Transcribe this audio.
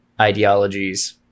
ideologies